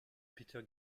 peter